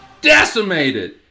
decimated